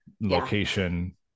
location